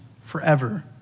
forever